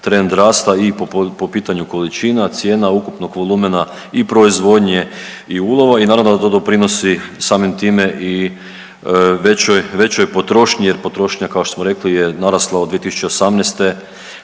trend rasta i po pitanju količina, cijena, ukupnog volumena i proizvodnje i ulova i naravno da to doprinosi samim time i većoj potrošnji jer potrošnja kao što smo rekli je narasla od 2018.